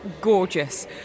gorgeous